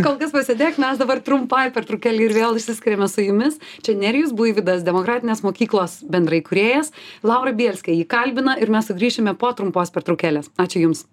kol kas pasėdėk mes dabar trumpai pertraukėlei ir vėl išsiskiriame su jumis čia nerijus buivydas demokratinės mokyklos bendraįkūrėjas laura bielskė jį kalbina ir mes sugrįšime po trumpos pertraukėlės ačiū jums